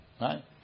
right